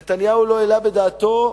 נתניהו לא העלה בדעתו,